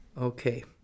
Okay